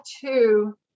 two